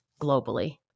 globally